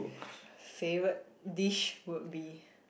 favourite dish would be